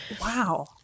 Wow